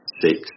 six